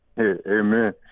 amen